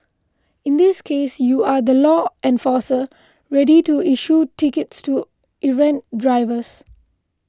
in this case you are the law enforcer ready to issue tickets to errant drivers